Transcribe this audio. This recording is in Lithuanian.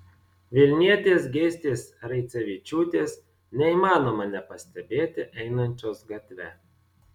vilnietės geistės raicevičiūtės neįmanoma nepastebėti einančios gatve